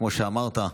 כמו שאמרת,